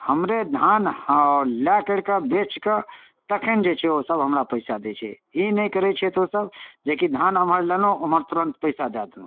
हमरे धान आओर लऽ करिके बेचिकऽ तखन जे छै ओसभ हमरा पइसा दै छै ई नहि करै छथि ओसभ जेकि धान एम्हर लेलहुँ ओम्हर तुरन्त पइसा दऽ देलहुँ